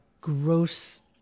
gross